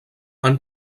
han